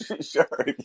Sure